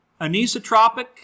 Anisotropic